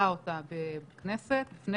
לפרק זמן מסוים